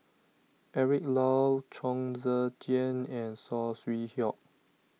Eric Low Chong Tze Chien and Saw Swee Hock